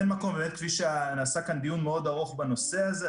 נעשה כאן דיון מאוד ארוך כאן בנושא הזה,